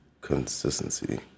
consistency